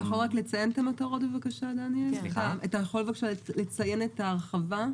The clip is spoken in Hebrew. אתה יכול בבקשה לציין את ההרחבה?